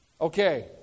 Okay